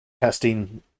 testing